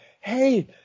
hey